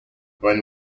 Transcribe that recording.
when